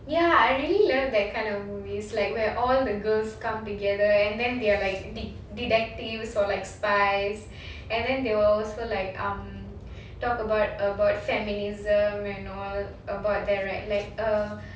ya I really love that kind of movies like where all the girls come together and then they're like de~ detectives or like spies and then they will also like um talk about about feminism and all about their like err